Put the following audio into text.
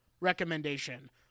recommendation